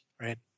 right